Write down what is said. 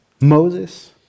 Moses